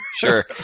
Sure